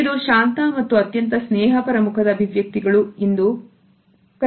ಇದು ಶಾಂತ ಮತ್ತು ಅತ್ಯಂತ ಸ್ನೇಹಪರ ಮುಖದ ಅಭಿವ್ಯಕ್ತಿಗಳು ಇಂದ ಕೂಡಿರುತ್ತದೆ